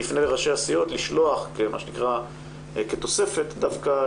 אני אפנה לראשי הסיעות לשלוח מה שנקרא כתוספת דווקא